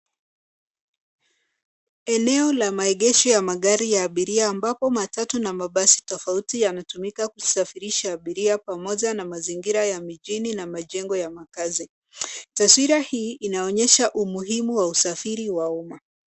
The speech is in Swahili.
Eneo la maegesho ya magari ya abiria ambapo matatu na mabasi tofauti yanatumika kusafirisha abiria pamoja na mazingira ya mijini na majengo ya makazi. Taswira hii, inaonyesha umuhimu wa usafiri wa umma.